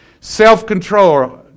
self-control